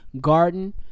Garden